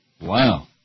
Wow